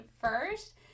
first